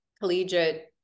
collegiate